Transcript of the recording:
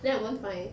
then I won't find